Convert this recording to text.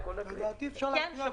כן.